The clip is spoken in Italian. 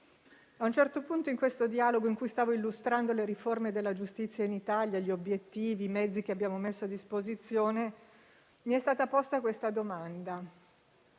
A un certo punto, in questo dialogo in cui stavo illustrando le riforme della giustizia in Italia, gli obiettivi e i mezzi che abbiamo messo a disposizione, mi è stata posta questa domanda: